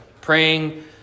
praying